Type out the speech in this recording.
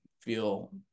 feel